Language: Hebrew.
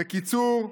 בקיצור,